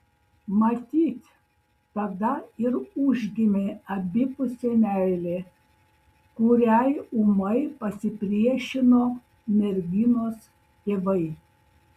matyt tada ir užgimė abipusė meilė kuriai ūmai pasipriešino merginos tėvai